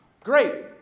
Great